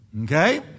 Okay